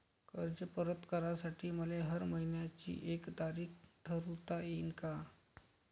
कर्ज परत करासाठी मले हर मइन्याची एक तारीख ठरुता येईन का?